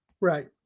Right